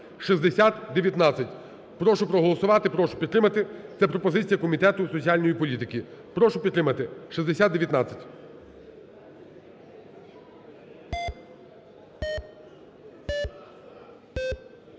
Прошу проголосувати, прошу підтримати. Це пропозиція Комітету з соціальної політики. Прошу підтримати